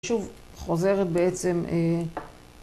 שוב, חוזרת בעצם